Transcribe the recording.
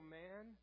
man